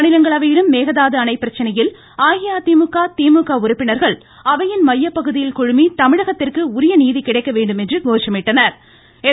மாநிலங்களவையிலும் மேகதாது அணைப்பிரச்சனையில் அஇஅதிமுக திமுக உறுப்பினர்கள் அவையின் மையப்பகுதியில் குழுமி தமிழகத்திற்கு உரிய நீதி கிடைக்க வேண்டும் என்று கோஷமிட்டன்